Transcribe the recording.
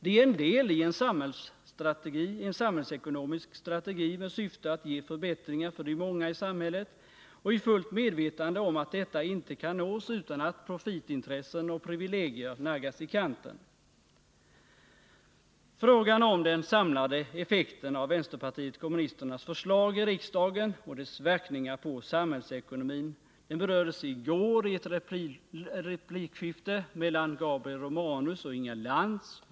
Detta är en del i en samhällsekonomisk strategi med syfte att ge förbättringar för de många i samhället — i fullt medvetande om att detta inte kan nås utan att profitintressen och privilegier naggas i kanten. Den samlade effekten av vpk:s förslag i riksdagen och dess verkningar på samhällsekonomin berördes i gårdagens debatt om stödet till barnfamiljerna i ett replikskifte mellan Gabriel Romanus och Inga Lantz.